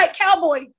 cowboy